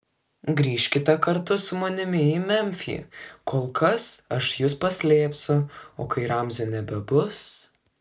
grįžkite kartu su manimi į memfį kol kas aš jus paslėpsiu o kai ramzio nebebus